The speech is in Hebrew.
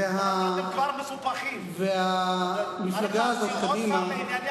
אתם כבר מסופחים, המפלגה הזאת, קדימה,